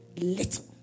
little